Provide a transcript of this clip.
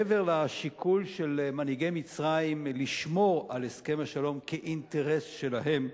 מעבר לשיקול של מנהיגי מצרים לשמור על הסכם השלום כאינטרס שלהם,